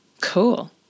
cool